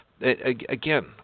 again